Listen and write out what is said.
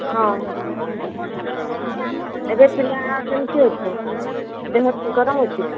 ହଁ ଏବେ ପିଲା କେମିତି ଅଛି ଦେହ ଗରମ ଅଛି କି